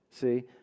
See